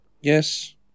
yes